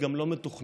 גם לא מתוכננת.